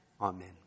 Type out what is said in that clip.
Amen